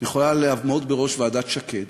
יכולה לעמוד בראש ועדת שקד